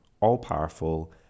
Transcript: all-powerful